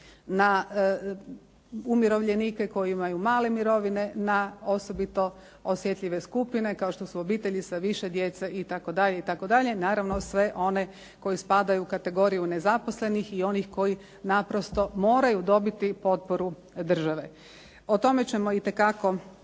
na umirovljenike koji imaju male mirovine, na osobito osjetljive skupine, kao što su obitelji sa više djece itd., itd., naravno sve one koji spadaju u kategoriju nezaposlenih i onih koji naprosto moraju dobiti potporu države. O tome ćemo itekako